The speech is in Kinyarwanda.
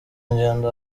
ngendo